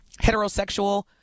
heterosexual